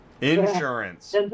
insurance